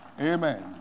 amen